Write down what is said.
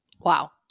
Wow